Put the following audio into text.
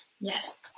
Yes